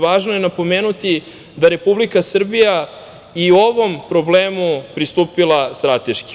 Važno je napomenuti da Republika Srbija i ovom problemu je pristupila strateški.